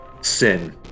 sin